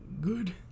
good